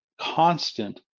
constant